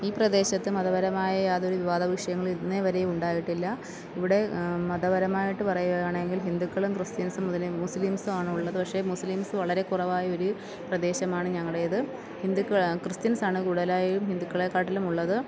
ഈ പ്രദേശത്ത് മതപരമായ യാതൊരു വിവാദ വിഷയങ്ങളും ഇന്നേ വരെയും ഉണ്ടായിട്ടില്ല ഇവിടെ മതപരമായിട്ട് പറയുകയാണെങ്കില് ഹിന്ദുക്കളും ക്രിസ്ത്യന്സും മുതിലിം മുസ്ലിംസുമാണുള്ളത് പക്ഷെ മുസ്ലിംസ് വളരെ കുറവായൊരു പ്രദേശമാണ് ഞങ്ങളുടേത് ഹിന്ദുക്കൾ ക്രിസ്ത്യന്സാണ് കൂടുതലായും ഹിന്ദുക്കളെക്കാട്ടിലുമുള്ളത്